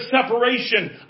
separation